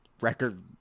record